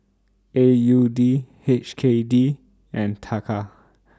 A U D H K D and Taka